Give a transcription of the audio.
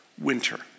Winter